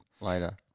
later